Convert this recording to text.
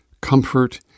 comfort